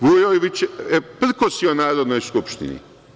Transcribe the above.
Vujović je prkosio Narodnoj skupštini.